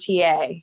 TA